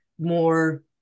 more